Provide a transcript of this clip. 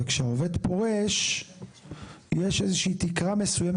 וכשהעובד פורש יש איזה שהיא תקרה מסוימת